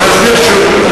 בואו נסביר שוב.